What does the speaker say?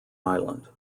island